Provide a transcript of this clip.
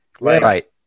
Right